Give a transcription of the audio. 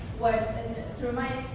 like to remind